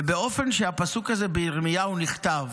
ובאופן שהפסוק הזה בירמיהו נכתב